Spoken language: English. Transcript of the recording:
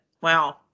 wow